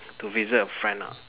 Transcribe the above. to visit a friend ah